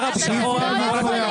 בתר-חבלתי.